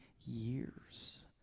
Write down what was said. years